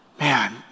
man